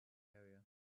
area